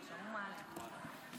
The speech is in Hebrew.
הכנסת רוזין,